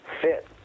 fit